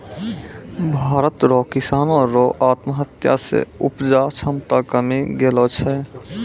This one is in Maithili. भारत रो किसानो रो आत्महत्या से उपजा क्षमता कमी गेलो छै